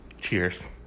Cheers